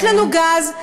יש לנו גז,